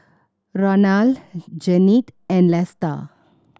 Ronal Jennette and Lesta